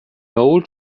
old